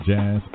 Jazz